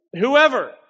whoever